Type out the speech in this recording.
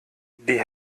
die